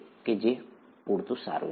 તે પૂરતું સારું છે